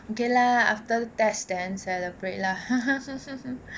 okay lah after test then celebrate lah